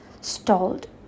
stalled